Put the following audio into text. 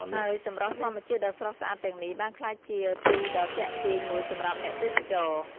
ហើយសម្រស់ធម្មជាតិដ៏ស្រស់ស្អាតទាំងនេះ បានក្លាយជាទីដ៏ទាក់ទាញមួយសម្រាប់អ្នកទេសចរ។